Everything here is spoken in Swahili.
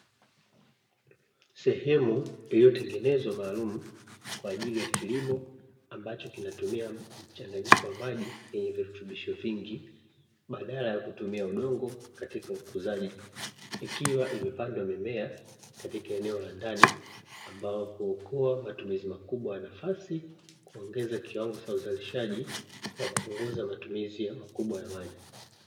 Sehemu iliyotengenezwa maalumu kwaajili ya kilimo ambacho kinatumia mchanganyiko wa maji yenye virutubisho vingi badala ya kutumia udongo katika ukuzaji. Ikiwa imepandwa mimea katika eneo la ndani ambayo huokoa matumizi makubwa ya nafasi, kuongeza kiwango cha uzalishaji na kupunguza matumizi makubwa ya maji.